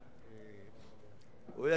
הוא פונה אל שר הפנים בפנים.